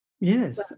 Yes